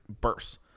burst